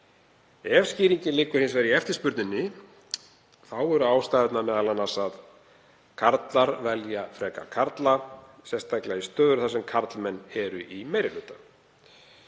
Ef skýringin liggur hins vegar í eftirspurninni þá eru ástæðurnar m.a. að karlar velja frekar karla, sérstaklega í stöður þar sem karlmenn eru í meiri hluta.